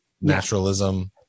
naturalism